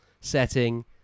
setting